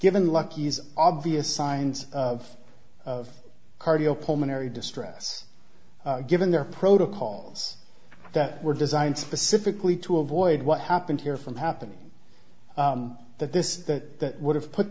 given lucky's obvious signs of cardio pulmonary distress given their protocols that were designed specifically to avoid what happened here from happening that this that would have put